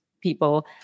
people